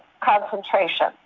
concentration